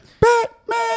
Batman